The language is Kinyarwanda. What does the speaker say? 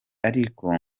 ariko